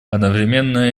одновременно